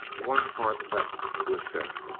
one's heart leapt to assent.